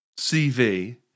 CV